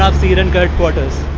um cnn headquarters.